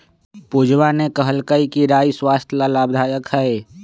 पूजवा ने कहल कई कि राई स्वस्थ्य ला लाभदायक हई